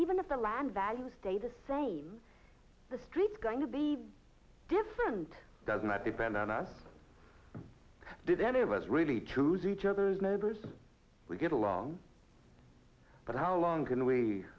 even if the land values data from the street going to be different does not depend on us did any of us really choose each other's neighbors we get along but how long can we